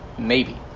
maybe.